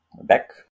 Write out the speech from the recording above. back